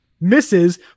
misses